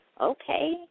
Okay